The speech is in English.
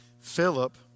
Philip